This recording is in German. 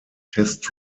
test